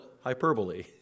hyperbole